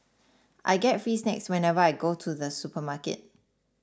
I get free snacks whenever I go to the supermarket